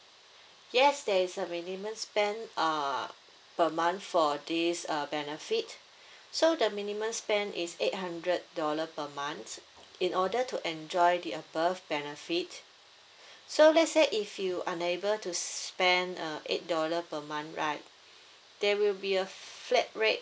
yes there is a minimum spend uh per month for this uh benefit so the minimum spend is eight hundred dollar per month in order to enjoy the above benefit so let's say if you unable to spend uh eight dollar per month right there will be a flat rate